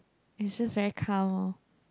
it's just very calm